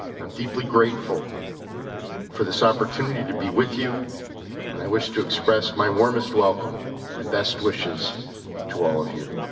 i'm deeply grateful for this opportunity to be with you and i wish to express my warmest welcome and best wishes to all of you,